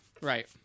right